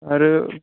आरो